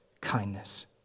kindness